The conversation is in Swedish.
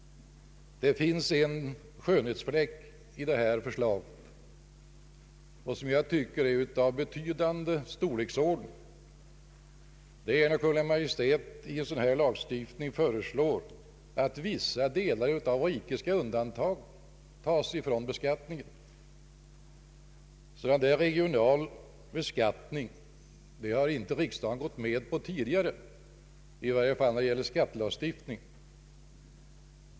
Det finns en skönhetsfläck i detta förslag som jag tycker är av betydande storlek, nämligen att Kungl. Maj:t föreslår att vissa delar av riket skall undantas från beskattningen. En sådan regional begränsning har riksdagen inte gått med på tidigare, i varje fall inte när det gäller skattelagstiftningen.